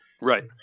right